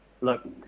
Look